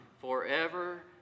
forever